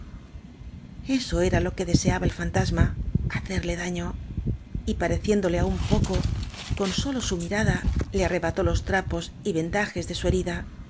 eso era lo que deseaba el fantasma hacer le daño y pareciéndole aún poco con solo su mirada le arrebató los trapos y vendajes de su herida